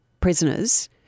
prisoners